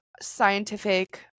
scientific